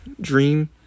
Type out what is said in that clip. dream